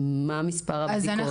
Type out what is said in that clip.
מה מספר הבדיקות,